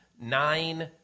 nine